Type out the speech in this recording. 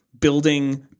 Building